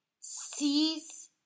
sees